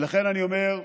לכן אני אומר: